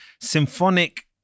symphonic